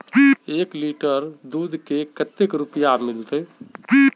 एक लीटर दूध के कते रुपया मिलते?